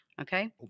Okay